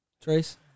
Trace